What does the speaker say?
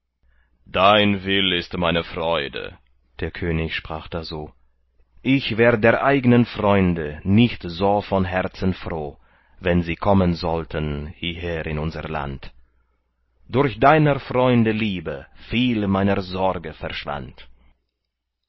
dein will ist meine freude der könig sprach da so ich wär der eignen freunde nicht so von herzen froh wenn sie kommen sollten hieher in unser land durch deiner freunde liebe viel meiner sorge verschwand